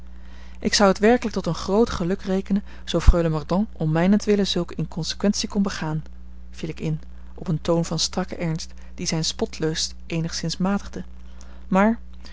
ik zou het werkelijk tot een groot geluk rekenen zoo freule mordaunt om mijnentwille zulke inconsequentie kon begaan viel ik in op een toon van strakken ernst die zijn spotlust eenigszins matigde maar